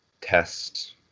test